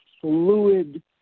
fluid